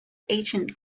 ancient